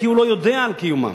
כי לא יודעים על קיומם.